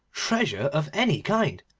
treasure of any kind,